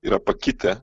yra pakitę